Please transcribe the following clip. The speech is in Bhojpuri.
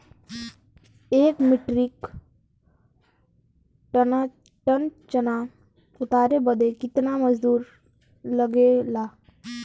एक मीट्रिक टन चना उतारे बदे कितना मजदूरी लगे ला?